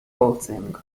voting